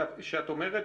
כשאת אומרת